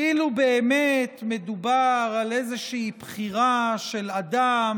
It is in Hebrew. כאילו באמת מדובר על איזושהי בחירה של אדם